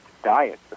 diet